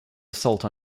assault